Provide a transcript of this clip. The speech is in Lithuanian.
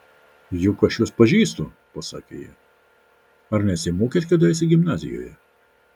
juk aš jus pažįstu pasakė ji ar nesimokėt kadaise gimnazijoje